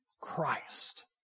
Christ